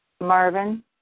Marvin